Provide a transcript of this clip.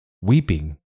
weeping